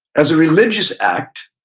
as a religious act,